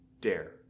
dare